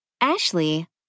Ashley